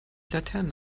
laternen